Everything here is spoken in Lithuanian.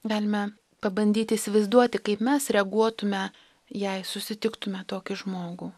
galime pabandyti įsivaizduoti kaip mes reaguotume jei susitiktume tokį žmogų